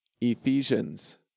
Ephesians